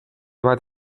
bat